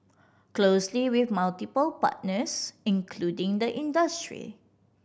closely with multiple partners including the industry